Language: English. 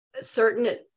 certain